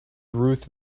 ruth